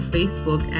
Facebook